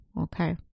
Okay